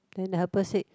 then the helper said